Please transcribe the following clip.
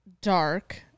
dark